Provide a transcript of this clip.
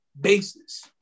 basis